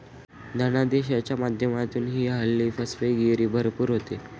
धनादेशाच्या माध्यमातूनही हल्ली फसवेगिरी भरपूर होते